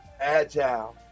agile